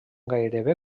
gairebé